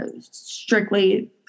strictly